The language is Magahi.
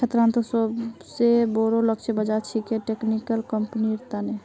छात्रोंत सोबसे बोरो लक्ष्य बाज़ार छिके टेक्निकल कंपनिर तने